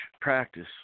practice